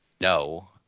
no